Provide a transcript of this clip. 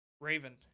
Raven